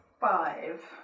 Five